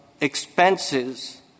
expenses